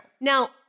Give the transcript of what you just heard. Now